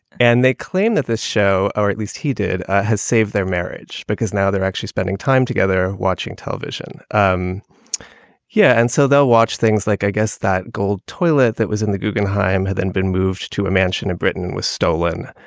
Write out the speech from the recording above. and they claim that this show, or at least he did, has saved their marriage because now they're actually spending time together watching television. um yeah. and so they'll watch things like, i guess that gold toilet that was in the guggenheim had then been moved to a mansion in britain and was stolen.